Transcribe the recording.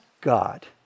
God